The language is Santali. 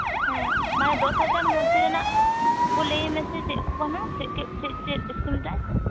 ᱦᱮᱸ ᱢᱟᱱᱮ ᱫᱚᱥ ᱦᱟᱡᱟᱨ ᱢᱚᱫᱽᱫᱷᱮ ᱨᱮᱱᱟᱜ ᱠᱚ ᱞᱟᱹᱭ ᱢᱮᱥᱮ ᱪᱮᱫ ᱠᱚ ᱠᱟᱱᱟ ᱪᱮᱫ ᱪᱮᱫ ᱥᱠᱨᱤᱱ ᱴᱟᱪ